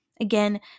Again